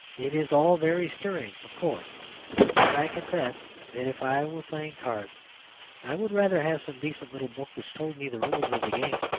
it is all very stirring, of course but i confess that if i were playing cards i would rather have some decent little book which told me the rules of the game.